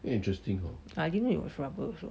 I didn't know it was rubber also